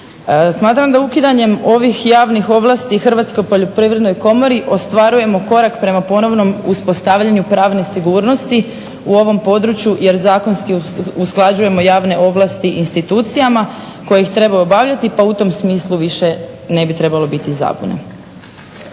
Smatram da ukidanjem ovih javnih ovlasti Hrvatskoj poljoprivrednoj komori ostvarujemo korak prema ponovnom uspostavljanju pravne sigurnosti u ovom području jer zakonski usklađujemo javne ovlasti institucijama koje treba obavljati pa u tom smislu više ne bi trebalo biti zabune.